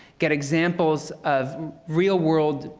get examples of real-world,